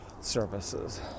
services